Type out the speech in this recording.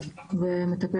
נמצאת